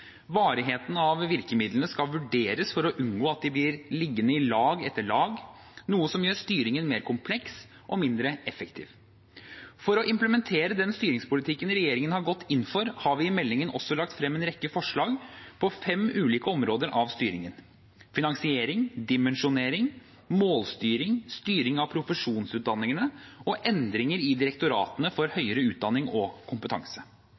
Varigheten av virkemidlene skal vurderes for å unngå at de blir liggende i lag etter lag – noe som gjør styringen mer kompleks og mindre effektiv. For å implementere den styringspolitikken regjeringen har gått inn for, har vi i meldingen også lagt frem en rekke forslag for fem ulike områder av styringen: finansiering, dimensjonering, målstyring, styring av profesjonsutdanningene og endringer i direktoratene for høyere utdanning og kompetanse.